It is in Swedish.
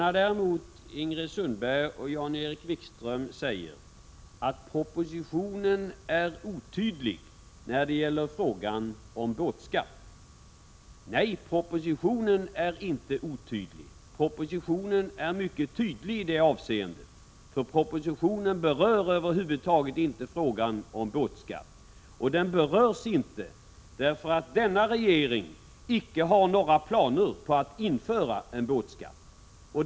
När däremot Ingrid Sundberg och Jan-Erik Wikström säger att propositionen är otydlig när det gäller frågan om båtskatt, måste jag svara: nej, propositionen är inte otydlig. Propositionen är mycket tydlig i detta avseende, för den berör över huvud taget inte frågan om båtskatt. Den frågan berörs inte, därför att denna regering icke har några planer på att införa en båtskatt.